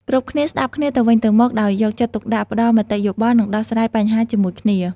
គ្រប់គ្នាស្តាប់គ្នាទៅវិញទៅមកដោយយកចិត្តទុកដាក់ ផ្តល់មតិយោបល់ និងដោះស្រាយបញ្ហាជាមួយគ្នា។